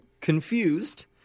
confused